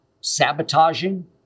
sabotaging